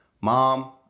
Mom